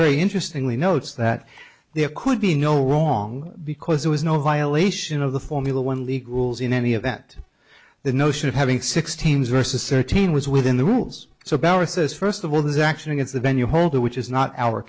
a interestingly notes that there could be no wrong because there was no violation of the formula one league rules in any event the notion of having six teams versus thirteen was within the rules so barry says first of all this action against the venue holder which is not our